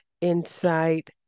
insight